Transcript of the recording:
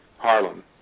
Harlem